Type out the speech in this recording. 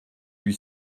lui